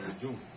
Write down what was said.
June